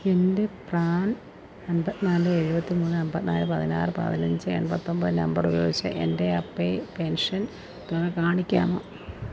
എന്റെ പ്രാൺ അമ്പത്തിനാല് എഴുപത്തിമൂന്ന് അമ്പത്തിനാല് പതിനാറ് പതിനഞ്ച് എൺപത്തൊമ്പത് നമ്പറ് ഉപയോഗിച്ച് എന്റെ അപ്പേ പെൻഷൻ തുക കാണിക്കാമോ